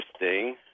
interesting